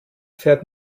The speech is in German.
fährt